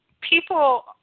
people